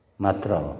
मात्र हो